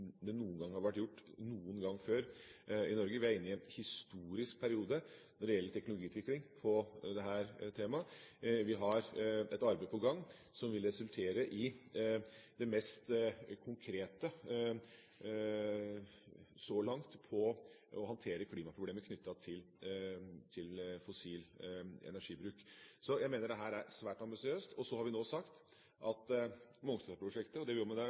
gjort noen gang før i Norge. Vi er inne i en historisk periode når det gjelder teknologiutvikling på dette området. Vi har et arbeid på gang som vil resultere i det mest konkrete så langt med tanke på å håndtere klimaproblemer knyttet til fossil energibruk. Så jeg mener at dette er svært ambisiøst. Og så har vi sagt at Mongstad-prosjektet og det vi jobber med der nå, er stort, og det